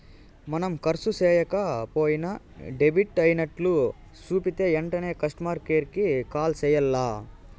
మనం కర్సు సేయక పోయినా డెబిట్ అయినట్లు సూపితే ఎంటనే కస్టమర్ కేర్ కి కాల్ సెయ్యాల్ల